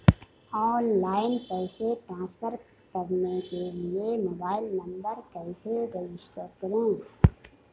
Online पैसे transfer करने के लिए मोबाइल नंबर कैसे रजिस्टर करें?